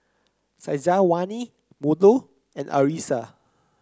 Syazwani Melur and Arissa